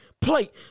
plate